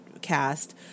cast